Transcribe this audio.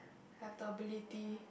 have the ability